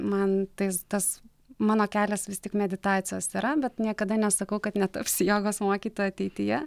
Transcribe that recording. man tais tas mano kelias vis tik meditacijos yra bet niekada nesakau kad netapsiu jogos mokytoja ateityje